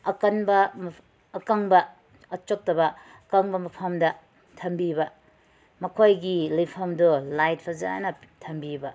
ꯑꯀꯟꯕ ꯑꯀꯪꯕ ꯑꯆꯣꯠꯇꯕ ꯑꯀꯪꯕ ꯃꯐꯝꯗ ꯊꯝꯕꯤꯕ ꯃꯈꯣꯏꯒꯤ ꯂꯩꯐꯝꯗꯣ ꯂꯥꯏꯠ ꯐꯖꯅ ꯊꯝꯕꯤꯕ